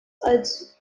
als